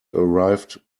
arrived